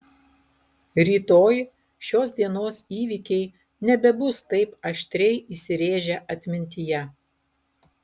rytoj šios dienos įvykiai nebebus taip aštriai įsirėžę atmintyje